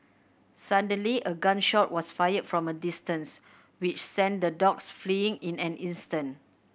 suddenly a gun shot was fired from a distance which sent the dogs fleeing in an instant